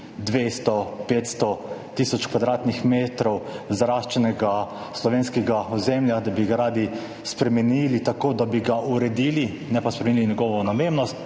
200, 500, tisoč kvadratnih metrov zaraščenega slovenskega ozemlja, da bi ga radi spremenili tako, da bi ga uredili, ne pa spremenili njegovo namembnost,